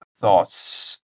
thoughts